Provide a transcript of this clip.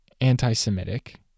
anti-Semitic